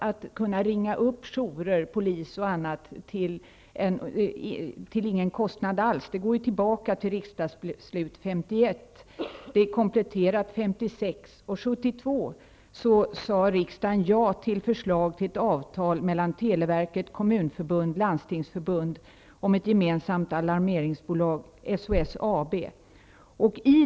Att kunna ringa upp jourer, polis och annat, till ingen kostnad alls går tillbaka till ett riksdagsbeslut Landstingsförbundet om ett gemensamt alarmeringsbolag, SOS AB.